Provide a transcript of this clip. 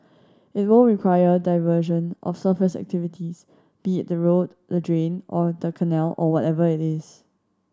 it will require diversion of surface activities be it the road the drain or the canal or whatever it is